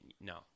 No